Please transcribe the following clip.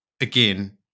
Again